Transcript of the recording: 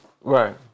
Right